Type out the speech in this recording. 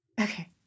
Okay